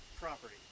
property